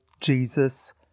Jesus